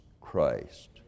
Christ